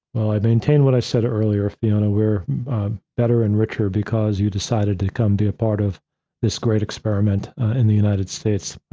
well, i maintain what i said earlier, fiona, we're better and richer because you decided to come be a part of this great experiment in the united states.